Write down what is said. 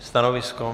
Stanovisko?